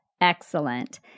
Excellent